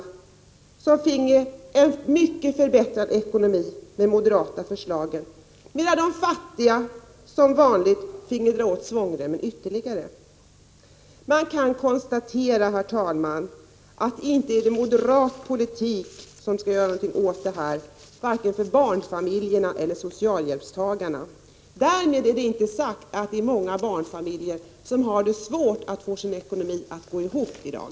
De rika barnfamiljerna skulle få en kraftigt förbättrad ekonomi, om de moderata förslagen genomfördes, medan de fattiga barnfamiljerna finge dra åt svångremmen ytterligare. Vi kan konstatera att det inte är moderat politik som skall göra någonting åt problemen för barnfamiljerna eller för socialhjälpstagarna. Därmed är inte sagt att det inte är många barnfamiljer som har det svårt att få sin ekonomi att gå ihop i dag.